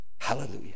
Hallelujah